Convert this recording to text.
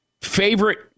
favorite